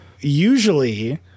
Usually